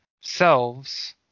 selves